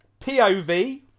POV